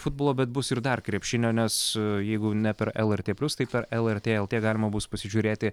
futbolo bet bus ir dar krepšinio nes jeigu ne per lrt plius tai per lrt lt galima bus pasižiūrėti